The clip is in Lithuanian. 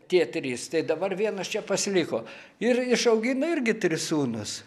tie trys tai dabar vienas čia pasiliko ir išaugino irgi tris sūnus